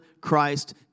Christ